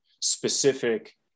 specific